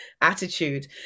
attitude